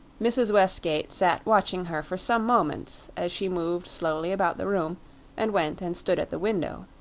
mrs. westgate sat watching her for some moments as she moved slowly about the room and went and stood at the window.